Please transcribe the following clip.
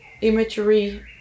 imagery